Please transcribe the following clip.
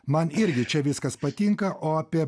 man irgi čia viskas patinka o apie